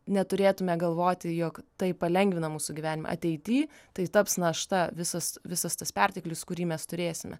neturėtume galvoti jog tai palengvina mūsų gyvenimą ateity tai taps našta visas visas tas perteklius kurį mes turėsime